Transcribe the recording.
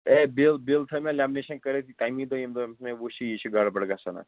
ہے bill bill تھٲو مےٚ lamination کٔرِتھ تَمی دۄہ ییٚمہِ دۄہ أمِس مےٚ وُچھ یہِ چھِ گڑ بڑٕ گژھان اَتھ